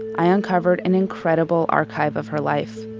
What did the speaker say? i uncovered an incredible archive of her life.